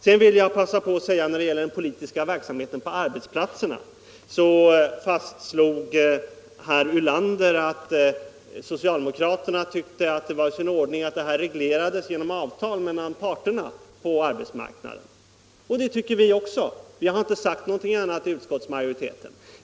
Herr Ulander fastslog att socialdemokraterna tycker att det är i sin ordning att politisk verksamhet på arbetsplatserna regleras genom avtal mellan parterna på arbetsmarknaden. Det tycker vi också. Och utskottsmajoriteten har inte sagt någonting annat.